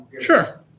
Sure